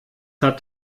hat